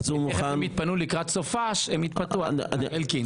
תכף, לקראת סופ"ש, הם יתפטרו, אל תדאג.